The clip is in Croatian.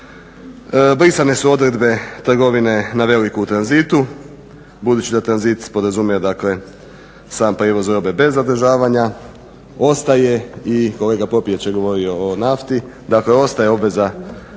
Brisane su odredbe trgovine na veliku tranzitu budući da tranzit podrazumijeva dakle sam prijevoz robe bez zadržavanja ostaje i kolega Popijač je govorio o nafti, dakle ostaje obveza